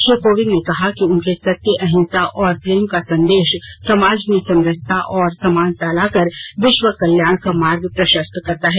श्री कोविंद ने कहा कि उनके सत्य अहिंसा और प्रेम का संदेश समाज में समरसता और समानता लाकर विश्व कल्याण का मार्ग प्रशस्त करता है